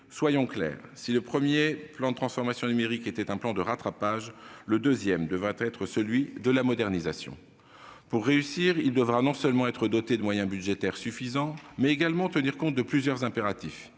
Soyons clairs : si le premier plan de transformation numérique était un plan de rattrapage, le second devrait être celui de la modernisation. Pour réussir, il devra non seulement être doté de moyens budgétaires suffisants, mais également tenir compte de plusieurs impératifs.